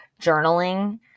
journaling